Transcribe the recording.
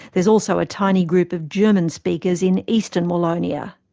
there's also a tiny group of german speakers in eastern wallonia.